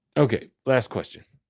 ok, last question.